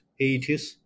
80s